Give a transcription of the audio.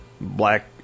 black